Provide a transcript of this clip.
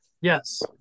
Yes